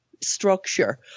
structure